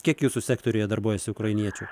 kiek jūsų sektoriuje darbuojasi ukrainiečių